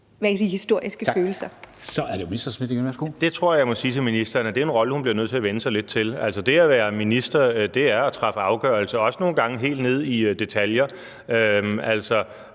Morten Messerschmidt (DF): Jeg tror, jeg må sige til ministeren, at det er en rolle, hun bliver nødt til at vænne sig lidt til. Det at være minister er at træffe afgørelser, også nogle gange helt ned i detaljer.